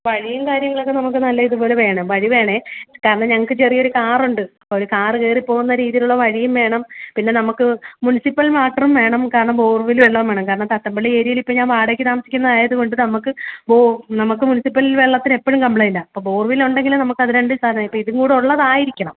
വഴിയും കാര്യങ്ങളൊക്കെ നമുക്ക് നല്ല ഇത് പോലെ വേണം വഴി വേണേ കാരണം ഞങ്ങൾക്ക് ചെറിയ ഒരു കാർ ഉണ്ട് ഒരു കാർ കയറി പോകുന്ന രീതിയിലുള്ള വഴിയും വേണം പിന്നെ നമുക്ക് മുനിസിപ്പൽ മാത്രം വേണം കാരണം ബോർവെൽ വെള്ളം വേണം കാരണം തട്ടമ്പള്ളി ഏരിയയിൽ ഇപ്പോൾ ഞാൻ വാടകയ്ക്ക് താമസിക്കുന്നത് ആയതുകൊണ്ട് നമുക്ക് ബോ നമുക്ക് മുനിസിപ്പൽ വെള്ളത്തിന് എപ്പോളും കംപ്ളെയിൻറ് ആണ് അപ്പോൾ ബോർവെൽ ഉണ്ടെങ്കിൽ നമുക്ക് അത് രണ്ടും അപ്പോൾ ഇത് കൂടെ ഉള്ളത് ആയിരിക്കണം